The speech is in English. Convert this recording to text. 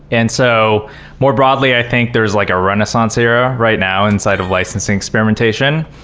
and so more broadly, i think there is like a renaissance era right now inside of licensing experimentation.